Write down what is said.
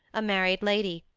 a married lady,